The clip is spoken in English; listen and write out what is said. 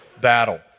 battle